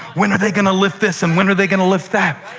when are they going to lift this, and when are they going to lift that?